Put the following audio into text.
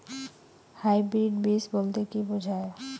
Hybrid বীজ বলতে কী বোঝায়?